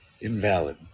invalid